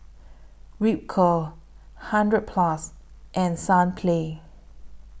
Ripcurl hundred Plus and Sunplay